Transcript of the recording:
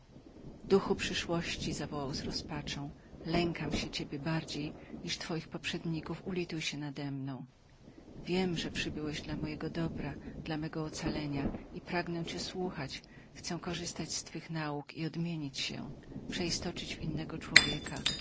duchu przyszłości zawołał z rozpaczą lękam się ciebie bardziej niż twoich poprzedników ulituj się nade mną wiem że przybyłeś dla mojego dobra dla mego ocalenia i pragnę cię słuchać chcę korzystać z twych nauk i odmienić się przeistoczyć w innego człowieka